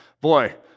boy